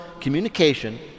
communication